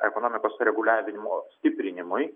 ekonomikos reguliavimo stiprinimui